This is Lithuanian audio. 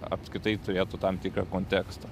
apskritai turėtų tam tikrą kontekstą